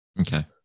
Okay